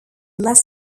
less